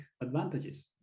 advantages